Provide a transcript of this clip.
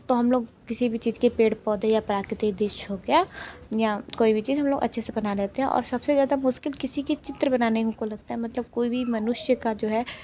तो हम लोग किसी भी चीज़ के पेड़ पौधे या प्राकृतिक दृश्य हो गया या कोई भी चीज़ हम लोग अच्छे से बना लेते हैं और सबसे ज्यादा मुश्किल किसी के चित्र बनाने हमको लगता है मतलब कोई भी मनुष्य का जो है